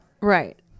Right